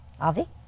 Avi